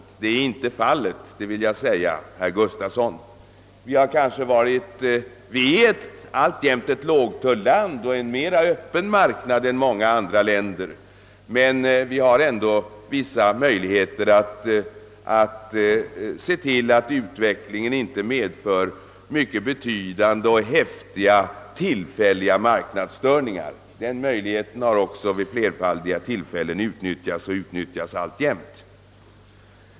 Men det är inte fallet, herr Gustafsson. Vi har varit och är alltjämt ett lågtullsland och en mera öppen marknad än många andra länder. Men vi har ändå vissa möjligheter att se till att utvecklingen inte medför mycket betydande eller häftiga tillfälliga marknadsstörningar. Dessa möjligheter har också vid flerfaldiga tillfällen utnyttjats och utnyttjas fortfarande.